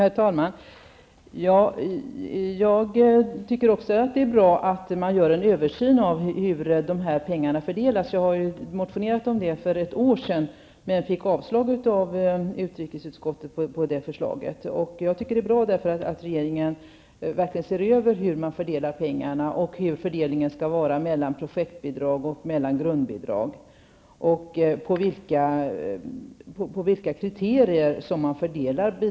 Herr talman! Även jag tycker att det är bra att man gör en översyn av hur dessa pengar fördelas. Jag motionerade om detta för ett år sedan, men motionen avstyrktes av utrikesutskottet. Det är bra att regeringen verkligen ser över hur pengarna fördelas, hur fördelningen skall vara mellan projektbidrag och grundbidrag och efter vilka kriterier bidragen fördelas.